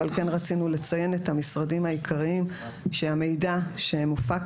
אבל כן רצינו לציין את המשרדים העיקריים שהמידע שמופק